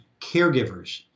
caregivers